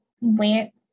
wait